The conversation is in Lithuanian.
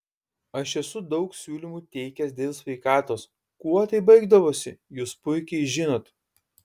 aš esu daug siūlymų teikęs dėl sveikatos kuo tai baigdavosi jūs puikiai žinot